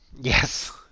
Yes